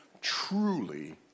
truly